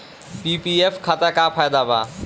PPF खाता के का फायदा बा?